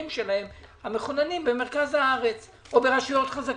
שלהם המחוננים במרכז הארץ או ברשויות חזקות.